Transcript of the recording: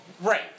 Right